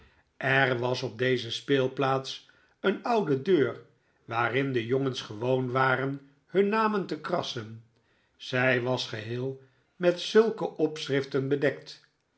er was op deze speelplaats een oude deur waarin de jongens gewoon waren hun namen te krassen zij was geheel met zulke opschriften bedekt